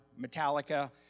Metallica